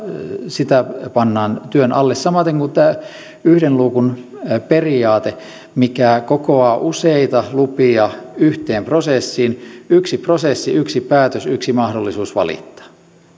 sitä pannaan työn alle samaten kuin tämä yhden luukun periaate mikä kokoaa useita lupia yhteen prosessiin yksi prosessi yksi päätös yksi mahdollisuus valittaa se